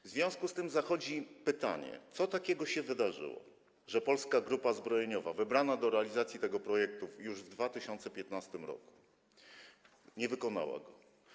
W związku z tym pojawia się pytanie: Co takiego się wydarzyło, że Polska Grupa Zbrojeniowa, wybrana do realizacji tego projektu już w 2015 r., nie wykonała go?